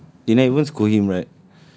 ya you never scold him right